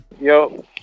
Yo